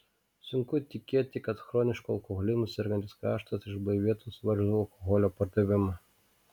sunku tikėti kad chronišku alkoholizmu sergantis kraštas išblaivėtų suvaržius alkoholio pardavimą